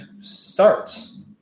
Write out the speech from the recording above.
starts